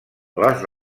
les